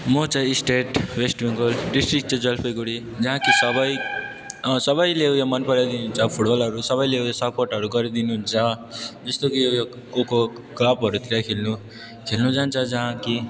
म चाहिँ state west Bengal district चाहिँ जलपाइगुडी जहाँ कि सबै सबैले उयो मनपराइ दिनुहुन्छ फुटबलहरू सबैले उयो सपोर्टहरू गरिदिनु हुन्छ जस्तो कि यो यो को को क्लबहरूतिर खेल्नु खेल्नु जान्छ जहाँ कि